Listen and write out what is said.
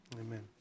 Amen